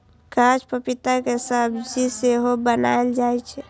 कांच पपीता के सब्जी सेहो बनाएल जाइ छै